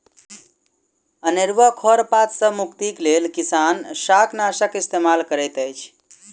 अनेरुआ खर पात सॅ मुक्तिक लेल किसान शाकनाशक इस्तेमाल करैत अछि